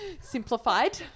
simplified